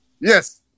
yes